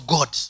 God